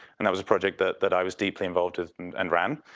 and that was a project that that i was deeply involved with and ran.